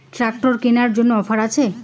Tractor কেনার জন্য offer আছে?